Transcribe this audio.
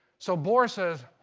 so bohr says,